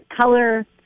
color